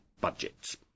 budgets